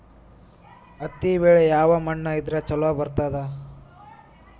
ಹತ್ತಿ ಬೆಳಿ ಯಾವ ಮಣ್ಣ ಇದ್ರ ಛಲೋ ಬರ್ತದ?